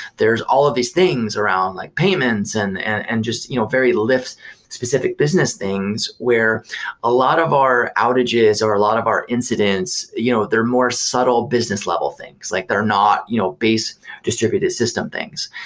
there are all of these things around like payments and and and just you know very lyft specific business things where a lot of our outages or a lot of our incidents, you know they're more subtle business level things. like they're not you know based distributed system things.